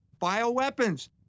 bioweapons